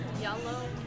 yellow